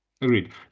agreed